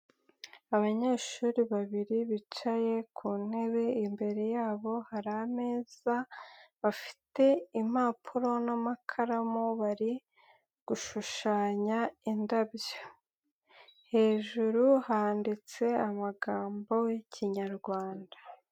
Abanyeshuri babiri bicaye ku ntebe, imbere yabo hari ameza bafite impapuro n'amakaramu, bari gushushanya indabyo. Hejuru handitse amagambo y'Ikinyarwanda.